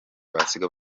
basiga